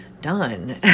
done